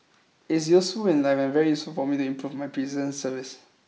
it's useful in life and very useful for me to improve my prison service